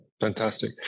fantastic